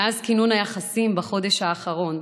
מאז כינון היחסים בחודש האחרון,